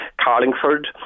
Carlingford